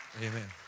Amen